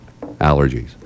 allergies